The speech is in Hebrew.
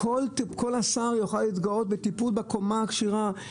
השר יוכל להתגאות רק בטיפול בקומה הכשרה.